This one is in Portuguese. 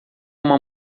uma